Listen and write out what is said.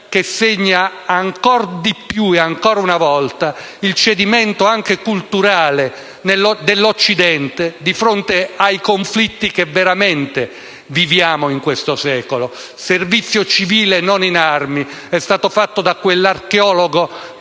che segna ancor di più e ancora una volta il cedimento anche culturale dell'Occidente, di fronte ai conflitti che veramente viviamo in questo secolo. Il servizio civile non in armi è stato fatto da quell'archeologo